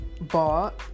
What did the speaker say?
bought